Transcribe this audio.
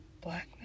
black